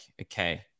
okay